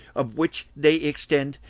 of which they extend